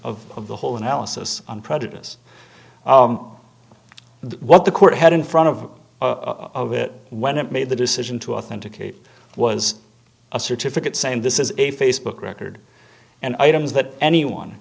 the whole analysis on prejudice what the court had in front of of it when it made the decision to authenticate was a certificate saying this is a facebook record and items that anyone